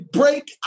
break